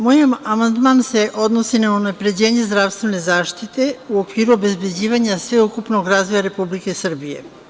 Moj amandman se odnosi na unapređenje zdravstvene zaštite u okviru obezbeđivanja sveukupnog razvoja Republike Srbije.